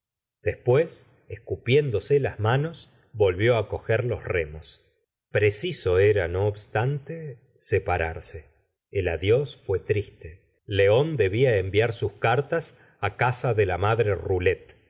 después escupiéndose la manos volvió á coger los remos preciso era no obstante separarse el adiós fué triste león debia enviar sus cartas á casa de la madre rolet